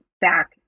back